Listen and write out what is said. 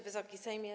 Wysoki Sejmie!